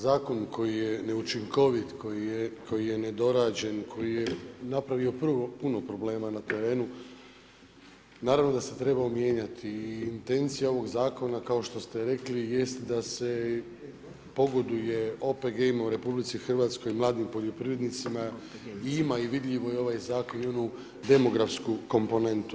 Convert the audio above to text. Zakon koji je neučinkovit, koji je nedorađen, koji je napravio prvo puno problema na terenu naravno da se trebao mijenjati i intencija ovog zakona kao što ste rekli jest da se pogoduje OPG-ima u RH, mladim poljoprivrednicima i ima i vidljivo je i ovaj zakon i onu demografsku komponentu.